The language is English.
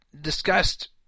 discussed